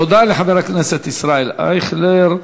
תודה לחבר הכנסת ישראל אייכלר.